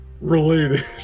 related